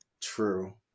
true